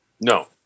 no